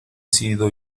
sido